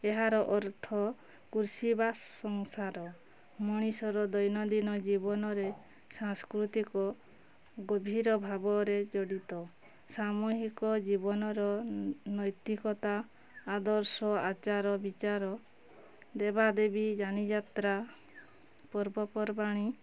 ଏହାର ଅର୍ଥ କୃଷି ବା ସଂସାର ମଣିଷର ଦୈନଦିନ ଜୀବନରେ ସାଂସ୍କୃତିକ ଗଭୀର ଭାବରେ ଜଡ଼ିତ ସାମୁହିକ ଜୀବନର ନୈତିକତା ଆଦର୍ଶ ଆଚାର ବିଚାର ଦେବାଦେବୀ ଯାନିଯାତ୍ରା ପର୍ବପର୍ବାଣି